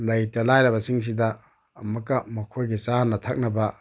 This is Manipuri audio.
ꯂꯩꯇ ꯂꯥꯏꯔꯕꯁꯤꯡꯁꯤꯗ ꯑꯃꯨꯛꯀ ꯃꯈꯣꯏꯒꯤ ꯆꯥꯅ ꯊꯛꯅꯕ